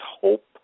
hope